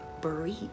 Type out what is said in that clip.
breathe